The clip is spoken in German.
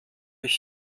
ich